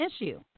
issue